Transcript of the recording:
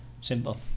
Simple